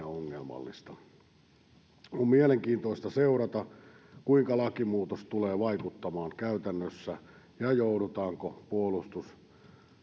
ongelmallista on mielenkiintoista seurata kuinka lakimuutos tulee vaikuttamaan käytännössä ja joudutaanko puolustus